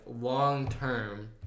long-term